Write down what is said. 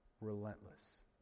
Relentless